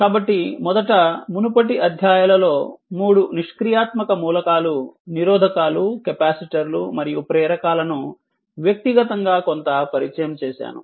కాబట్టి మొదట మునుపటి అధ్యాయాలలో 3 నిష్క్రియాత్మక మూలకాలు నిరోధకాలు కెపాసిటర్లు మరియు ప్రేరకాలను వ్యక్తిగతంగా కొంత పరిచయం చేసాను